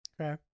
okay